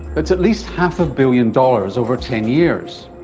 that's at least half a billion dollars over ten years.